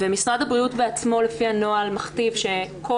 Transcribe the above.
משרד הבריאות בעצמו לפי הנוהל מכתיב שכל